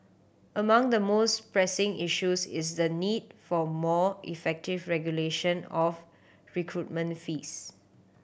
among the most pressing issues is the need for more effective regulation of recruitment fees